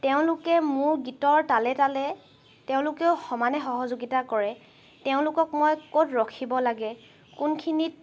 তেওঁলোকে মোৰ গীতৰ তালে তালে তেওঁলোকেও সমানে সহযোগিতা কৰে তেওঁলোকক মই ক'ত ৰখিব লাগে কোনখিনিত